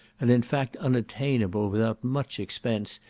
and in fact unattainable without much expense,